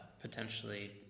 potentially